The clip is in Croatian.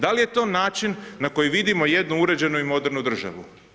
Da li je to način na koji vidimo jednu uređenu i modernu državu?